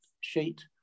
sheet